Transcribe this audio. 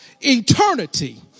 eternity